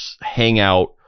hangout